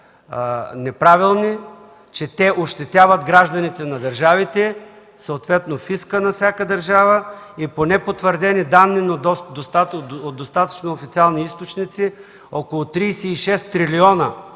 неправилни, че те ощетяват гражданите на държавите, съответно фиска на всяка държава. По непотвърдени данни, но от достатъчно официални източници, около 36 трилиона